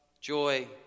joy